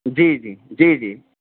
جی جی جی جی